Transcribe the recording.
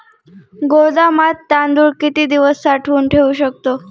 गोदामात तांदूळ किती दिवस साठवून ठेवू शकतो?